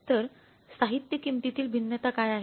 तर साहित्य किमतीतील भिन्नता काय आहे